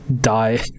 die